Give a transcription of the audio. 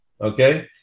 Okay